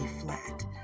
flat